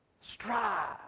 Strive